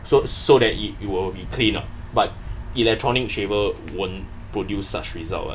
so so that you you will be clean uh but electronic shaver won't produce such result [what]